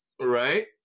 Right